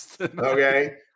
Okay